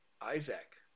Isaac